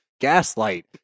gaslight